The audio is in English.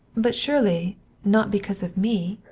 but surely not because of me?